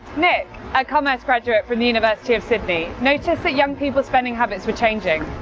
nick, a commerce graduate from the university of sydney, noticed that young people's spending habits were changing.